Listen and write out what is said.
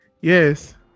yes